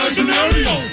Scenario